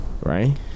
Right